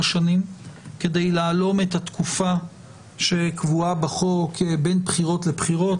השנים כדי להלום את התקופה שקבועה בחוק בין בחירות לבחירות,